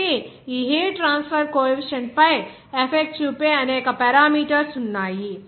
కాబట్టి ఈ heat transfer coefficient పై ఎఫెక్ట్ చూపే అనేక పారామీటర్స్ ఉన్నాయి